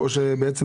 הצעד הוא